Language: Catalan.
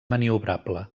maniobrable